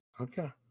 Okay